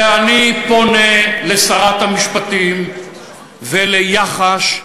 ואני פונה לשרת המשפטים ולמח"ש,